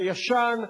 הישן,